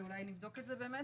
ואולי נבדוק את זה באמת,